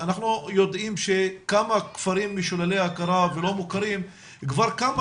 אנחנו יודעים שכמה כפרים משוללי הכרה ולא מוכרים כבר כמה